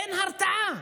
אין הרתעה.